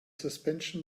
suspension